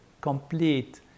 complete